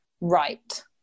right